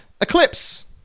Eclipse